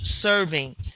serving